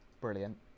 brilliant